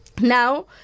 Now